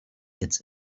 its